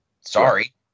Sorry